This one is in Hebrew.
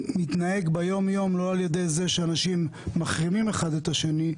מתנהג ביום יום לא על ידי זה שאנשים מחרימים אחד את השני,